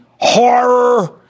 horror